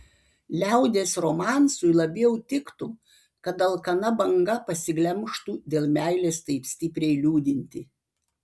liaudies romansui labiau tiktų kad alkana banga pasiglemžtų dėl meilės taip stipriai liūdintį